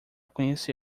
conhecê